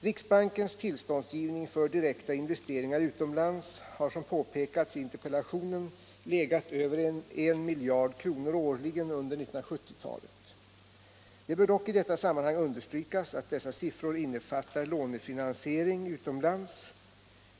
Riksbankens tillståndsgivning för direkta investeringar utomlands har som påpekats i interpellationen legat över en miljard kronor årligen under 1970-talet. Det bör dock i detta sammanhang understrykas att dessa siffror innefattar lånefinansiering utomlands.